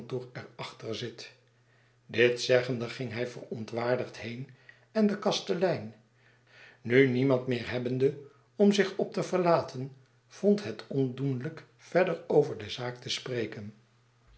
achter zit dit zeggende ging hij verontwaardigd heen en de kastelein nu niemand meer hebbende om zich op te verlaten vond het ondoenlijk verder over de zaak te spreken